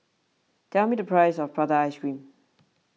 tell me the price of Prata Ice Cream